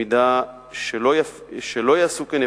אם לא יעשו כן,